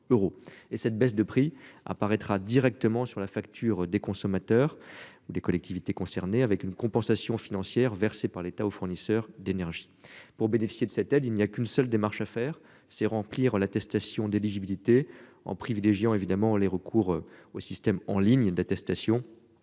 et cette baisse de prix apparaîtra directement sur la facture des consommateurs ou des collectivités concernées avec une compensation financière versée par l'État aux fournisseurs d'énergie pour bénéficier de cette aide, il n'y a qu'une seule démarche à faire, c'est remplir l'attestation d'éligibilité en privilégiant évidemment les recours au système en ligne l'attestation.